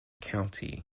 county